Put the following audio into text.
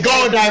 God